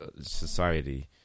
society